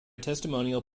testimonial